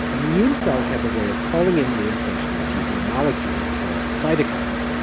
immune cells have a way of calling in reinforcements using molecules called cytokines.